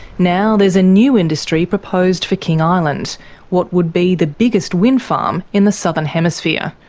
now there's a new industry proposed for king island what would be the biggest wind farm in the southern hemisphere.